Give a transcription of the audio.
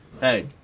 hey